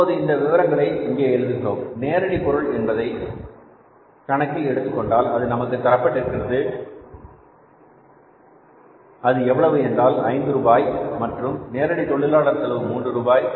இப்போது இந்த விவரங்களை இங்கே எழுதுகிறோம் நேரடி பொருள் என்பதை கணக்கில் எடுத்துக்கொண்டால் அது நமக்குத் தரப்பட்டிருக்கிறது அது எவ்வளவு என்றால் 5 ரூபாய் மற்றும் நேரடி தொழிலாளர் செலவு 3 ரூபாய்